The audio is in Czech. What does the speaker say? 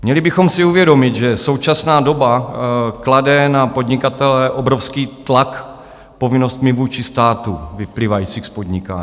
Měli bychom si uvědomit, že současná doba klade na podnikatele obrovský tlak povinnostmi vůči státu vyplývajícími z podnikání.